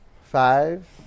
Five